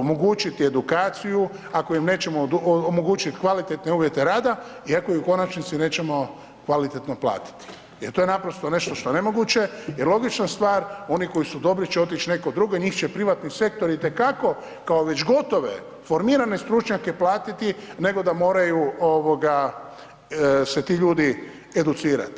omogućiti edukaciju, ako im nećemo omogućiti kvalitetne uvjete rada i ako ih u konačnici nećemo kvalitetno platiti, jer to je naprosto nešto što je nemoguće i logična stvar oni koji su dobri će otić nekud drugdje i njih će privatni sektor i te kako kao već gotove formirane stručnjake platiti nego da moraju ovoga se ti ljudi educirati.